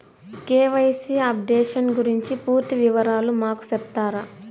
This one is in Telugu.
కె.వై.సి అప్డేషన్ గురించి పూర్తి వివరాలు మాకు సెప్తారా?